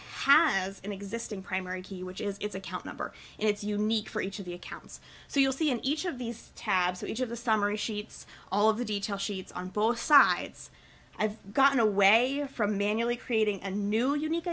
has an existing primary key which is its account number it's unique for each of the accounts so you'll see in each of these tabs each of the summary sheets all of the detail sheets on both sides i've gotten away from manually creating a new unique